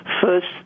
first